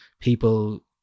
people